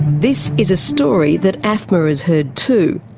this is a story that afma has heard, too.